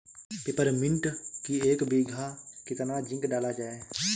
Peppermint की एक बीघा कितना जिंक डाला जाए?